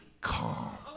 calm